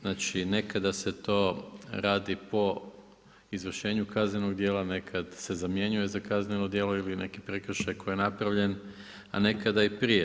Znači nekada se to radi po izvršenju kaznenog djela neka se zamjenjuje za kazneno djelo ili neki prekršaj koji je napravljen, a nekada i prije.